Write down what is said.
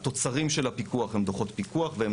התוצרים של הפיקוח הם דוחות פיקוח והם